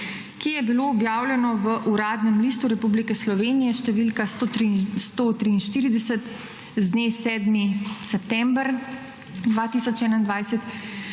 ki je bilo objavljeno v Uradnem listu Republike Slovenije številka 143 z dne 7. september 2021